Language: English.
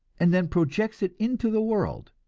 and then projects it into the world,